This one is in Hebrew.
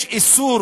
יש איסור